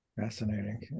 Fascinating